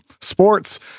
sports